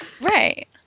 Right